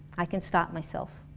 i can stop myself